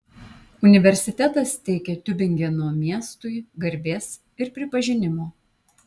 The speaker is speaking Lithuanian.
universitetas teikia tiubingeno miestui garbės ir pripažinimo